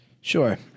Sure